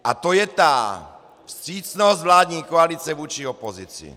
A to je ta vstřícnost vládní koalice vůči opozici!